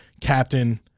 Captain